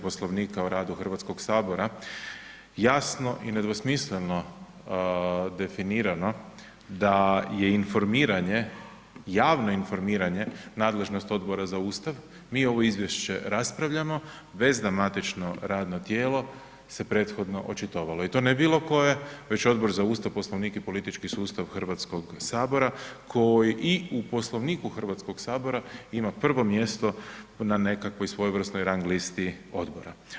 Poslovnika o radu HS jasno i nedvosmisleno definirano da je informiranje, javno informiranje nadležnosti Odbora za ustav, mi ovo izvješće raspravljamo bez za matično radno tijelo se prethodno očitovalo i to ne bilo koje, već Odbor za ustav, poslovnik i politički sustav HS koji i u Poslovniku Hrvatskog sabora ima prvo mjesto na nekakvoj svojevrsnoj rang listi odbora.